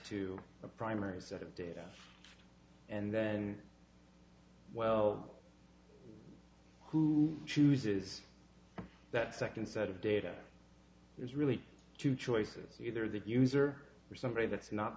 the primary set of data and then well who chooses that second set of data is really two choices either the user or somebody that's not